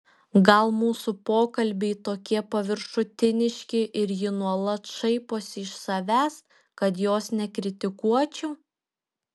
gal mūsų pokalbiai tokie paviršutiniški ir ji nuolat šaiposi iš savęs kad jos nekritikuočiau